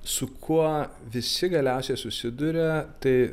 su kuo visi galiausiai susiduria tai